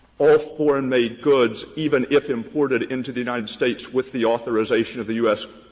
all foreign-made goods, even if imported into the united states with the authorization of the u s.